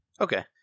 Okay